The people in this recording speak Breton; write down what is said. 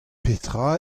petra